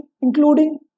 including